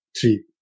three